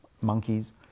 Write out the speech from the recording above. monkeys